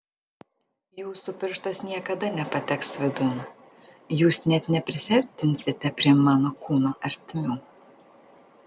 jūsų pirštas niekada nepateks vidun jūs net neprisiartinsite prie mano kūno ertmių